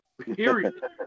Period